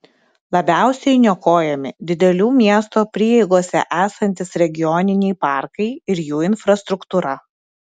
labiausiai niokojami didelių miesto prieigose esantys regioniniai parkai ir jų infrastruktūra